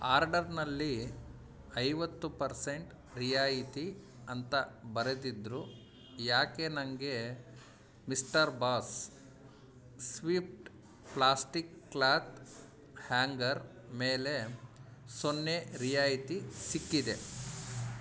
ಆರ್ಡರ್ನಲ್ಲಿ ಐವತ್ತು ಪರ್ಸೆಂಟ್ ರಿಯಾಯಿತಿ ಅಂತ ಬರೆದಿದ್ರೂ ಯಾಕೆ ನನಗೆ mister boss swift plastic cloth hanger ಮೇಲೆ ಸೊನ್ನೆ ರಿಯಾಯಿತಿ ಸಿಕ್ಕಿದೆ